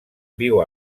viu